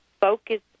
focus